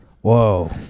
Whoa